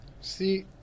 See